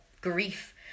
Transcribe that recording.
grief